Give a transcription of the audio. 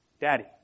daddy